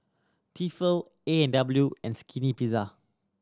Tefal A and W and Skinny Pizza